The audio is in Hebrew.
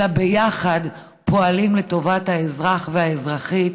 אלא ביחד פועלים לטובת האזרח והאזרחית,